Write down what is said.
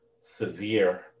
severe